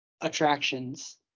attractions